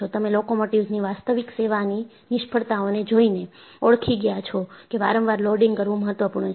તમે લોકોમોટિવ્સની વાસ્તવિક સેવાની નિષ્ફળતાઓને જોઈને ઓળખી ગયા છો કે વારંવાર લોડિંગ કરવું મહત્વપૂર્ણ છે